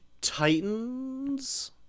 titans